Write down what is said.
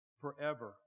forever